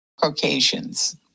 Caucasians